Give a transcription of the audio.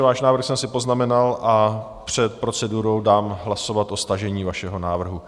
Váš návrh jsem si poznamenal a před procedurou dám hlasovat o stažení vašeho návrhu.